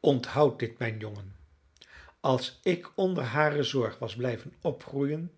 onthoud dit mijn jongen als ik onder hare zorg was blijven opgroeien